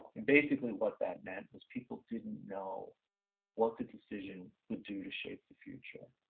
and basically what that meant was people didn't know what the decision would do to shape the future.